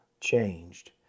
changed